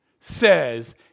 says